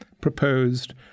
proposed